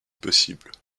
possible